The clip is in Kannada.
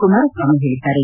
ಕುಮಾರಸ್ವಾಮಿ ಹೇಳಿದ್ದಾರೆ